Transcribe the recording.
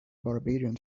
barbarian